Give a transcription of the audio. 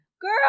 Girl